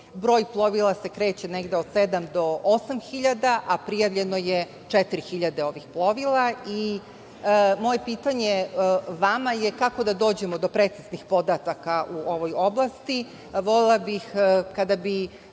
Broj plovila se kreće negde od sedam do osam hiljada, a prijavljeno je četiri hiljade ovih plovila. Moje pitanje vama je - kako da dođemo do preciznih podataka u ovoj oblasti? Volela bih kada bi